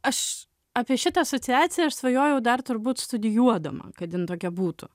aš apie šitą asociaciją aš svajojau dar turbūt studijuodama kad jin tokia būtų